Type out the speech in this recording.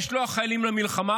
לשלוח חיילים למלחמה,